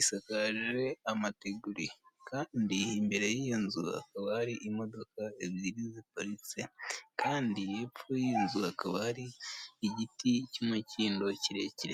isakaje amateguri, kandi imbere y'iyo nzu hakaba hari imodoka ebyiri, ziparitse kandi hepfo y'iyo nzu hakaba hari igiti cy'umukindo kirekire.